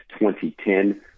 2010